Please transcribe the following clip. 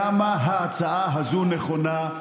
כמה ההצעה הזו נכונה,